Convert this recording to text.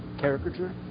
caricature